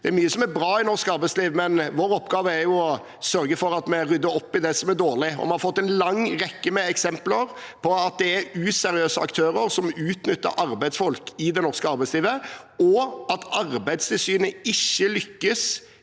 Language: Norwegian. Det er mye som er bra i norsk arbeidsliv, men vår oppgave er å sørge for at vi rydder opp i det som er dårlig. Vi har fått en lang rekke med eksempler på at det er useriøse aktører som utnytter arbeidsfolk i det norske arbeidslivet, og at Arbeidstilsynet ikke lykkes